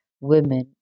women